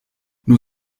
nur